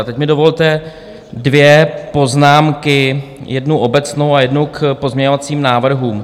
A teď mi dovolte dvě poznámky, jednu obecnou a jednu k pozměňovacím návrhům.